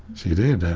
she did.